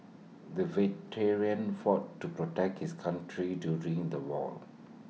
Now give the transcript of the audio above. the veteran fought to protect his country during the war